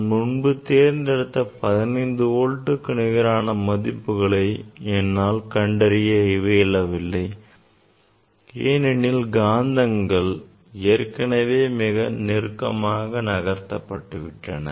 நான் முன்பு தேர்ந்தெடுத்த 15 வோல்ட்க்கு நிகரான மதிப்புகளை என்னால் கண்டறிய இயலவில்லை ஏனெனில் காந்தங்கள் ஏற்கனவே மிக நெருக்கமாக நகர்த்தப்பட்டு விட்டன